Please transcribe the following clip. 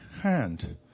hand